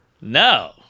No